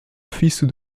fils